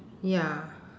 ya